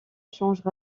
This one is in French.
changent